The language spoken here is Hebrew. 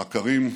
מכרים,